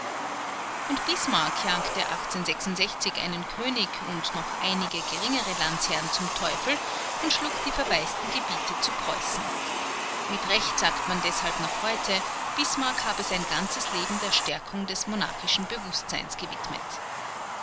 und bismarck jagte einen könig und noch einige geringere landesherrn zum teufel und schlug die verwaisten gebiete zu preußen mit recht sagt man deshalb noch heute bismarck habe sein ganzes leben der stärkung des monarchischen bewußtseins gewidmet